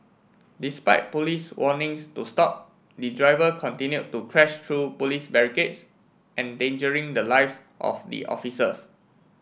despite Police warnings to stop the driver continued to crash through Police barricades endangering the lives of the officers